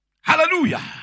Hallelujah